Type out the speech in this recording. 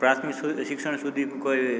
પ્રાથમિક સુધી શિક્ષણ સુધી કોઈ